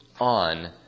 on